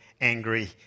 angry